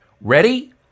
Ready